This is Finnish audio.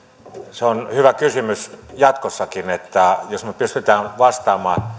se on hyvä kysymys jatkossakin jos me pystymme vastaamaan